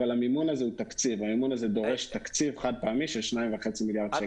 אבל המימון הזה דורש תקציב חד-פעמי של 2.5 מיליארד שקל.